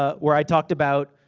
ah where i talked about,